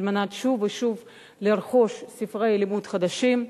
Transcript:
מנת שוב ושוב לרכוש ספרי לימוד חדשים.